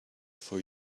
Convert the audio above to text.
for